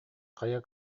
хайа